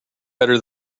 better